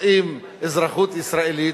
נושאים אזרחות ישראלית.